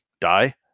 die